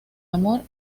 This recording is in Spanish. amor